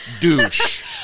douche